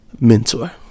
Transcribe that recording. mentor